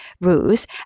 rules